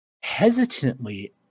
hesitantly